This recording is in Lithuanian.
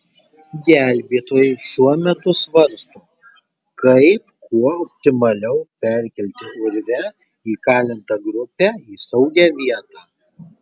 gelbėtojai šiuo metu svarsto kaip kuo optimaliau perkelti urve įkalintą grupę į saugią vietą